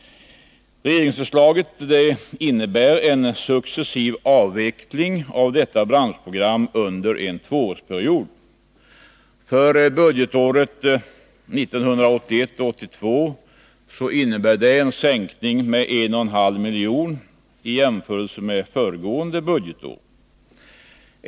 Regeringsförslaget innebär en successiv avveckling av detta branschprogram under en tvåårsperiod. För budgetåret 1981/82 innebär det en sänkning med 1,5 miljoner i jämförelse med föregående budgetår.